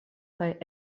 kaj